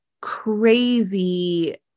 crazy